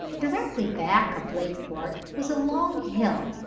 directly back of lakeport was a long hill,